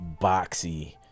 boxy